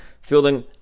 fielding